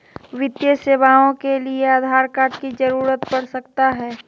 वित्तीय सेवाओं के लिए आधार कार्ड की जरूरत पड़ सकता है?